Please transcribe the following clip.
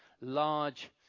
large